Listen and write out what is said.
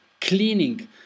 cleaning